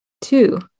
Two